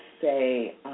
say